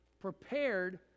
prepared